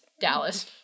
Dallas